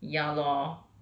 ya lor